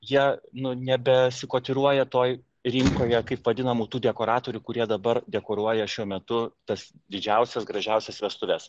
jie nu nebesikotiruoja toj rinkoje kaip vadinamų tų dekoratorių kurie dabar dekoruoja šiuo metu tas didžiausias gražiausias vestuves